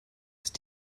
ist